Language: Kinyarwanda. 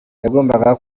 yagombaga